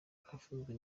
bafunzwe